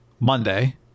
Monday